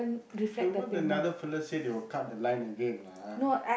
no what another fella say they will cut the line again lah